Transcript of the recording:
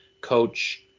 coach